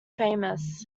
famous